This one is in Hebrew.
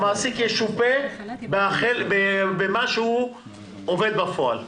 והמעסיק ישופה על מה שהוא עובד בפועל.